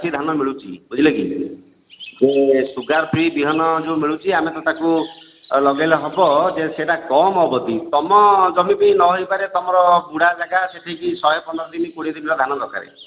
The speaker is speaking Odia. ଧାନ ମିଳୁଛି ବୁଝିଲେ କି ସେ ସୁଗାର୍ ଫ୍ରୀ ବିହନ ଯେଉଁ ମିଳୁଛି ଆମେ ତାହାକୁ ଲଗେଇଲେ ହେବ ଯେ ସେଇଟା କମ୍ ଅବଧି ତମର ଜମିରେ ବି ନହୋଇପାରେ ତମର ବୁଢ଼ା ଜାଗା ସେଇଠି ଶହେ ପନ୍ଦର ଦିନ କୋଡ଼ିଏ ଦିନର ଧାନ ଦରକାର